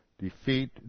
defeat